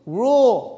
rule